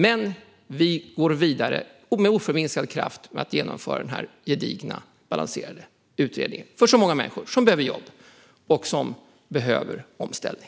Men vi går vidare med oförminskad kraft med att genomföra denna gedigna och balanserade utredning för de många människor som behöver jobb och omställning.